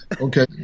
Okay